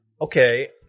Okay